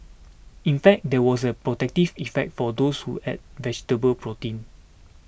in fact there was a protective effect for those who ate vegetable protein